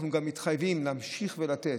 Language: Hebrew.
אנחנו גם מתחייבים להמשיך ולתת,